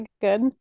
good